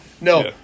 No